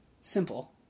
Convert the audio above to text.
Simple